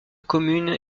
commune